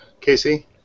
Casey